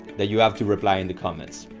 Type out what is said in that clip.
that you have to reply in the comments.